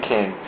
King